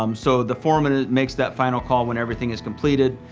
um so, the foreman ah makes that final call when everything is completed.